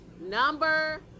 Number